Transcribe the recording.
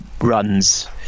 runs